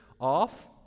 off